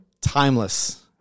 Timeless